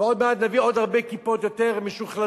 ועוד מעט נביא עוד הרבה "כיפות" יותר משוכללות,